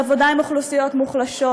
בעבודה עם אוכלוסיות מוחלשות,